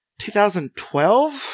2012